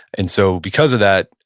and so because of that,